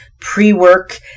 pre-work